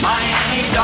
Miami